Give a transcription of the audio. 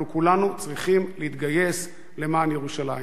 אנחנו, כולנו, צריכים להתגייס למען ירושלים.